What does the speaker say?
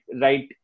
right